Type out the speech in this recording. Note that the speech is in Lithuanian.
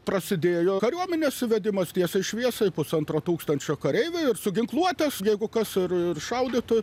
prasidėjo kariuomenės įvedimas tiesiai šviesai pusantro tūkstančio kareivių su ginkluotės jeigu kas ir ir šaudytų